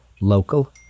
local